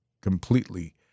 completely